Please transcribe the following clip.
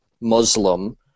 Muslim